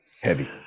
Heavy